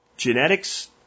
Genetics